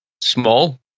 small